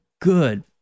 good